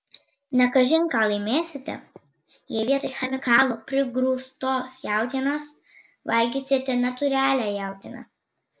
ne kažin ką laimėsite jei vietoj chemikalų prigrūstos jautienos valgysite natūralią jautieną